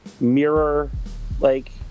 mirror-like